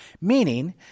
meaning